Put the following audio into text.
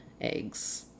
eggs